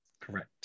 Correct